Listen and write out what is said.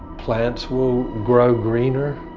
plants will grow greener,